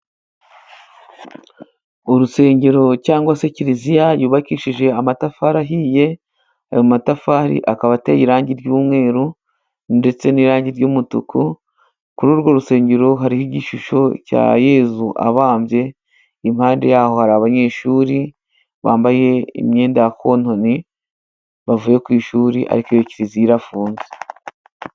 Urusengero cyangwa se kiliziya yubakishije amatafari ahiye, ayo matafari akaba ateye irangi ry'umweru, ndetse n'irangi ry'umutuku. Kuri urwo rusengero hariho igishusho cya Yezu abambye, impande y'aho hari abanyeshuri bambaye imyenda ya kontoni bavuye ku ishuri, ariko iyo kiliziya irafunze.